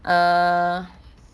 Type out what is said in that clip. err